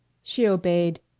she obeyed,